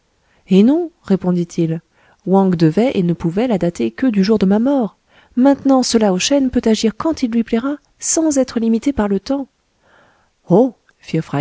eh non répondit-il wang devait et ne pouvait la dater que du jour de ma mort maintenant ce lao shen peut agir quand il lui plaira sans être limité par le temps oh